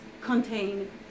contain